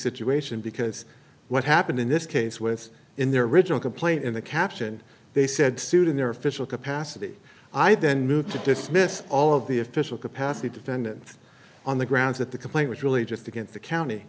situation because what happened in this case was in their original complaint in the caption they said suit in their official capacity i then moved to dismiss all of the official capacity defendants on the grounds that the complaint was really just against the county